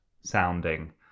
sounding